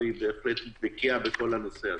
והיא בהחלט בקיאה בכל הנושא הזה,